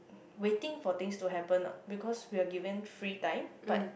waiting for things to happen because we are given free time but